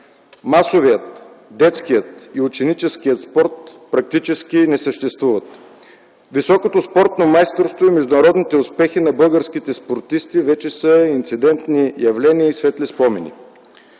Масовият, детският и ученическият спорт практически не съществуват. Високото спортно майсторство и международните успехи на българските спортисти вече са инцидентни явления и светли спомени.